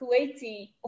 Kuwaiti